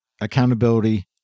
accountability